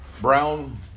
brown